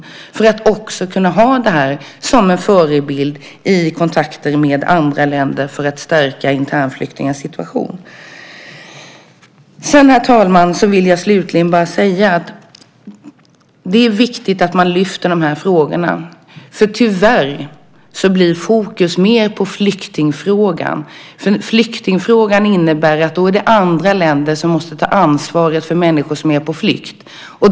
Det skulle man också kunna ha som en förebild i kontakter med andra länder för att stärka internflyktingars situation. Herr talman! Jag vill slutligen säga att det är viktigt att man lyfter de här frågorna. Tyvärr blir fokus mer på flyktingfrågan. Flyktingfrågan innebär att det är andra länder som måste ta ansvaret för människor som är på flykt.